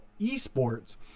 eSports